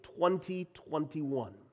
2021